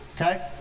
Okay